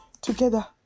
together